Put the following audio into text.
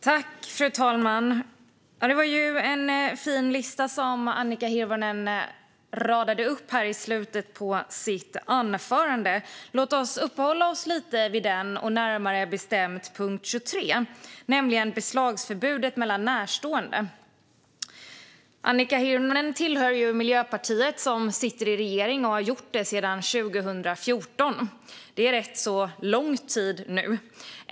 Fru talman! Det var en fin lista som Annika Hirvonen radade upp i slutet av sitt anförande. Låt oss uppehålla oss lite vid den, närmare bestämt punkt 23 om beslagsförbudet mellan närstående. Annika Hirvonen tillhör Miljöpartiet, som sitter i regeringen och har gjort det sedan 2014. Det är rätt så lång tid.